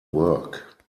work